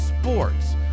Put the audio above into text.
sports